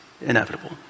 inevitable